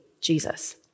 Jesus